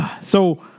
So-